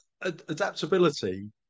Adaptability